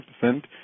percent